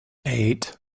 eight